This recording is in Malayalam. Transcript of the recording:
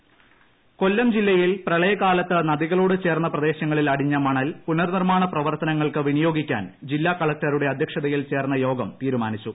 ട്ടടട മണൽ കൊല്ലം കൊല്ലം ജില്ലയിൽ പ്രളയകാലത്ത് നദികളോടു ചേർന്ന പ്രദേശങ്ങളിൽ അടിഞ്ഞ മണൽ പുനർനിർമാണ പ്രവർത്തനങ്ങൾക്ക് വിനിയോഗിക്കാൻ ജില്ലാ കലക്ടറുടെ അധ്യക്ഷതയിൽ ചേർന്ന യോഗം തീരുമാനിച്ചു